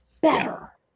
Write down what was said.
better